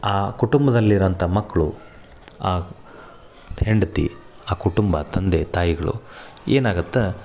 ಆ ಕುಟುಂಬದಲ್ಲಿರುವಂಥ ಮಕ್ಕಳು ಆ ಹೆಂಡತಿ ಆ ಕುಟುಂಬ ತಂದೆ ತಾಯಿಗಳು ಏನಾಗುತ್ತೆ